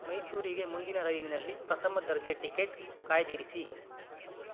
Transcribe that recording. ಮೈಸೂರಿಗೆ ಮುಂದಿನ ರೈಲಿನಲ್ಲಿ ಪ್ರಥಮ ದರ್ಜೆ ಟಿಕೆಟ್ ಕಾಯ್ದಿರಿಸಿ